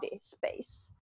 space